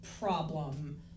problem